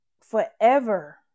forever